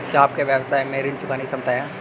क्या आपके व्यवसाय में ऋण चुकाने की क्षमता है?